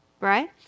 right